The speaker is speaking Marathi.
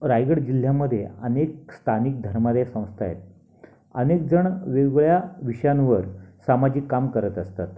रायगड जिल्ह्यामध्ये अनेक स्थानिक धर्मादायी संस्था आहेत अनेकजण वेगवेगळ्या विषयांवर सामाजिक काम करत असतात